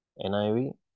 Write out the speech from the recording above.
NIV